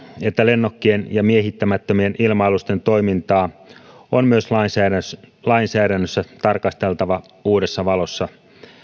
että lennokkien ja miehittämättömien ilma alusten toimintaa on myös lainsäädännössä lainsäädännössä tarkasteltava uudessa valossa